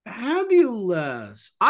Fabulous